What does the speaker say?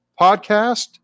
podcast